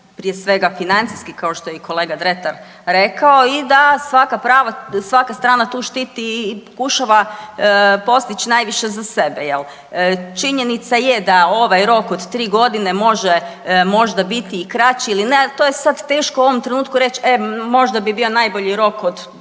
prije svega financijski kao što je i kolega Dretar rekao i da svaka strana tu štiti i pokušava postići najviše za sebe. Činjenica je da ovaj rok od tri godine može možda biti i kraći ili ne, ali to je sad teško u ovom trenutku reć e možda bi bio najbolji rok od dvije godine